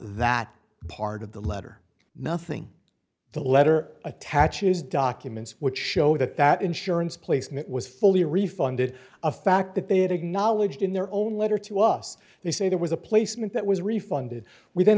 that part of the letter nothing the letter attaches documents which show that that insurance placement was fully refunded a fact that they had acknowledged in their own letter to us they say there was a placement that was refunded w